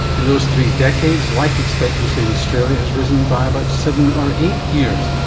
in those three decades life expectancy in australia has risen by about seven or eight years,